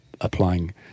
applying